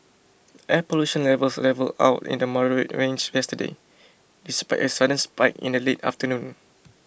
air pollution levels levelled out in the moderate range yesterday despite a sudden spike in the late afternoon